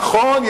נכון,